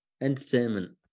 Entertainment